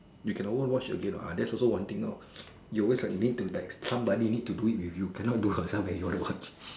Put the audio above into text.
you can not go and watch again what that's also one thing lor you're always like you need like somebody it to do it with you cannot do yourself you want to watch